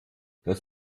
das